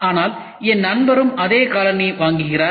ஆனால் என் நண்பரும் அதே காலணி வாங்குகிறார்